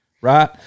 Right